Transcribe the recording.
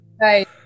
right